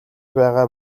байгаа